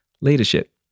Leadership